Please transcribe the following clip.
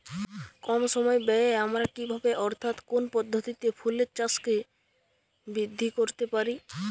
কম সময় ব্যায়ে আমরা কি ভাবে অর্থাৎ কোন পদ্ধতিতে ফুলের চাষকে বৃদ্ধি করতে পারি?